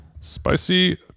spicy